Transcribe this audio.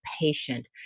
patient